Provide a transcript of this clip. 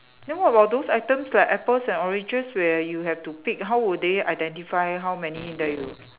then what about those items like apples and oranges where you have to pick how will they identify how many that you